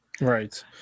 Right